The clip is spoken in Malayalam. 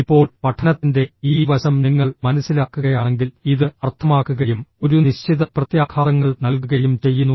ഇപ്പോൾ പഠനത്തിന്റെ ഈ വശം നിങ്ങൾ മനസ്സിലാക്കുകയാണെങ്കിൽ ഇത് അർത്ഥമാക്കുകയും ഒരു നിശ്ചിത പ്രത്യാഘാതങ്ങൾ നൽകുകയും ചെയ്യുന്നു